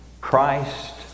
Christ